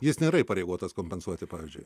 jis nėra įpareigotas kompensuoti pavyzdžiui